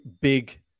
big